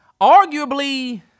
arguably